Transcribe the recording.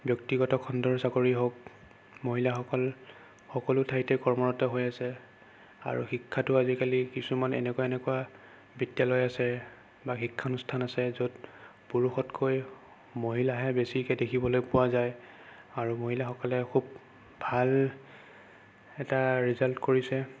ব্যক্তিগত খণ্ডৰ চাকৰি হওক মহিলাসকল সকলো ঠাইতে কৰ্মৰত হৈ আছে আৰু শিক্ষাতো আজিকালি কিছুমান এনেকুৱা এনেকুৱা বিদ্যালয় আছে বা শিক্ষান্যষ্ঠান আছে য'ত পুৰুষতকৈ মহিলাহে বেছিকৈ দেখিবলৈ পোৱা যায় আৰু মহিলাসকলে খুব ভাল এটা ৰিজাল্ট কৰিছে